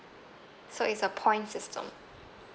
so it's a point system